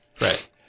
Right